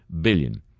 billion